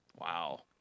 Wow